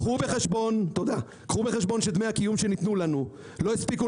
קחו בחשבון שדמי הקיום שניתנו לנו לא הספיקו